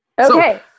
Okay